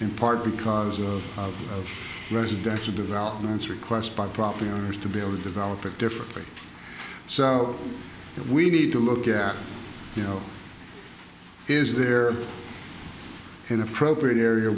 in part because of residential developments request by property owners to be able to develop at different rates so that we need to look at you know is there an appropriate area